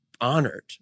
honored